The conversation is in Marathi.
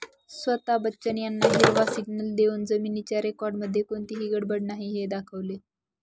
स्वता बच्चन यांना हिरवा सिग्नल देऊन जमिनीच्या रेकॉर्डमध्ये कोणतीही गडबड नाही हे दाखवले